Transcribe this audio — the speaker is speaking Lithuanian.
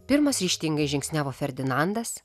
pirmas ryžtingai žingsniavo ferdinandas